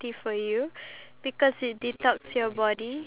oh ya I know